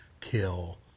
kill